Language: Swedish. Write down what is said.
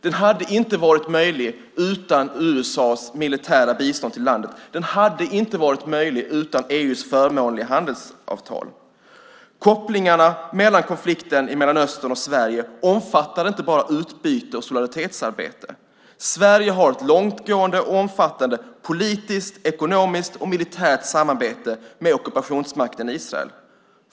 Den hade inte varit möjlig utan USA:s militära bistånd till landet. Den hade inte varit möjlig utan EU:s förmånliga handelsavtal. Kopplingarna mellan konflikten i Mellanöstern och Sverige omfattar inte bara utbyte och solidaritetsarbete. Sverige har ett långtgående och omfattande politiskt, ekonomiskt och militärt samarbete med ockupationsmakten Israel.